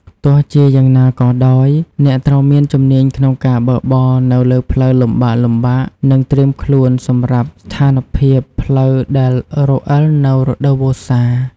ទោះជាយ៉ាងណាក៏ដោយ អ្នកត្រូវមានជំនាញក្នុងការបើកបរនៅលើផ្លូវលំបាកៗ និងត្រៀមខ្លួនសម្រាប់ស្ថានភាពផ្លូវដែលរអិលនៅរដូវវស្សា។